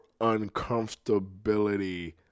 uncomfortability